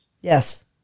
Yes